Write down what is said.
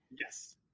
Yes